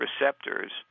receptors